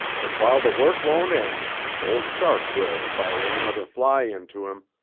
but while the work won't end, old shark will if i lay another fly into him.